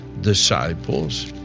disciples